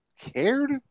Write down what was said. cared